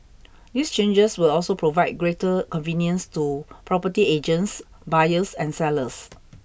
these changes will also provide greater convenience to property agents buyers and sellers